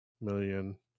million